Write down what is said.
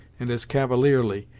and as cavalierly,